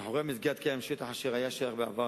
מאחורי המסגד קיים שטח אשר היה שייך בעבר